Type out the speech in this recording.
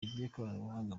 ry’ikoranabuhanga